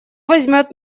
возьмет